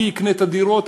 מי יקנה את הדירות?